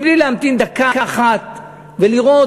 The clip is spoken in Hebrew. בלי להמתין דקה אחת ולראות,